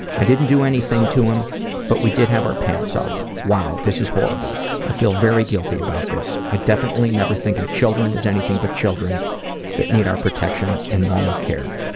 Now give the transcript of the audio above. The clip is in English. i didn't do anything to him but we did have our pants off. wow, this is horrible. i feel very guilty about this. i definitely never think of children as anything but children that need our protection and normal care.